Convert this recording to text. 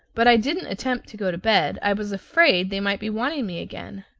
but i didn't attempt to go to bed i was afraid they might be wanting me again.